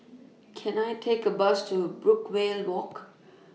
Can I Take A Bus to Brookvale Walk